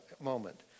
moment